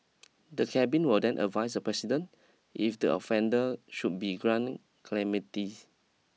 the cabin will then advise the President if the offender should be grant clemency